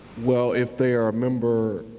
well if they are a member,